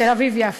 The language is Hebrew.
תל-אביב יפו.